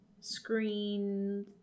screen